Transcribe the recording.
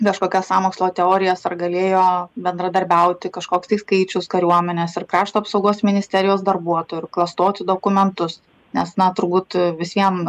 kažkokias sąmokslo teorijas ar galėjo bendradarbiauti kažkoks tai skaičius kariuomenės ir krašto apsaugos ministerijos darbuotojų ir klastoti dokumentus nes na turbūt vis vien